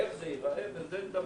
איך זה ייראה על זה נדבר.